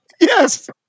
Yes